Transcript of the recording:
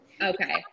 Okay